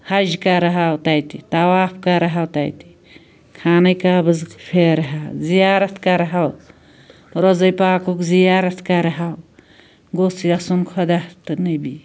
حج کَرہاو تتہِ طواف کَرہاو تتہِ خانٔہ کعبَس پھیرہاو زیارت کَرہاو روضٔہ پاکُک زیارت کرہاو گوٚژھ یَژھُن خۄدا تہٕ نبی